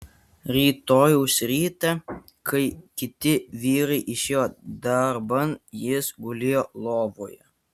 rytojaus rytą kai kiti vyrai išėjo darban jis gulėjo lovoje